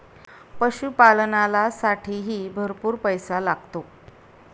पशुपालनालासाठीही भरपूर पैसा लागतो